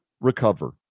recover